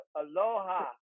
Aloha